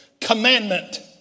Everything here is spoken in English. commandment